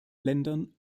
ländern